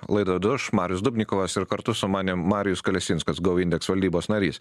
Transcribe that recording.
laidą vedu aš marius dubnikovas ir kartu su manim marijus kalesinskas gou indeks valdybos narys